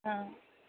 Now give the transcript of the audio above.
ആ